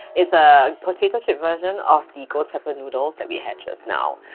it's a potato chip version of the ghost pepper noodles that we had just now.